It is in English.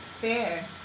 Fair